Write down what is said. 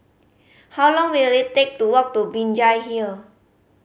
how long will it take to walk to Binjai Hill